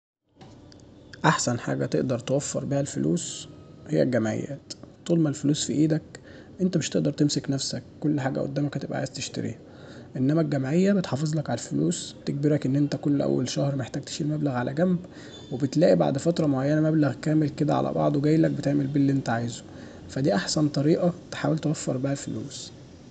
احسن حاجة تقدر توفر بيها الفلوس هي الجمعيات طول مالفللوس في ايدك انت مش هتقدر تمسك نفسك كل حاجة قدامك هتبقى عايز تشتريها انما الجمعية بتحافظلك عالفللوس وبتجبرك ان انت كل اول شهر محتاج تشيل مبلغ على جنب وبتلاقي بعد فترة معينة مبلغكامل كدا على بعضه بتعمل بيه اللي انت عاوزه فدي احسن طريقة تحاول توفر بيها الفلوس